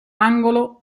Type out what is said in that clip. angolo